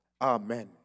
Amen